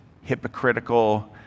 hypocritical